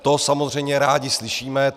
To samozřejmě rádi slyšíme.